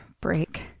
break